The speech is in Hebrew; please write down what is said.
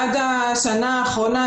עד השנה האחרונה,